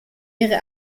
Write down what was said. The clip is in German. ihre